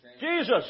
Jesus